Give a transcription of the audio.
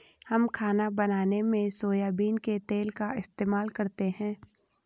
हम खाना बनाने में सोयाबीन के तेल का इस्तेमाल करते हैं